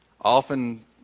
often